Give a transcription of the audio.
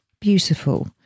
beautiful